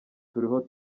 turiho